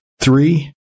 Three